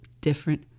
different